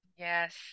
Yes